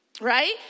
right